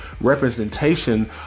representation